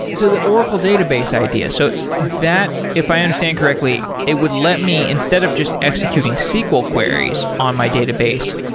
so the oracle database idea so that, if i understand it correctly, it would let me instead of just executing sql queries on my database,